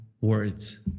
words